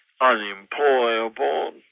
unemployable